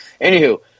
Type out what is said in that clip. Anywho